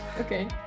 Okay